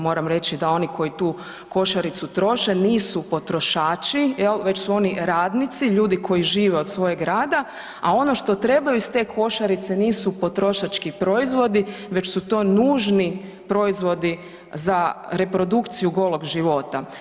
Moram reći da oni koji tu košaricu troše nisu potrošači jel, već su oni radnici, ljudi koji žive od svojeg rada, a ono što trebaju iz te košarice nisu potrošački proizvodi već su to nužni proizvodi za reprodukciju golog života.